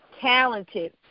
talented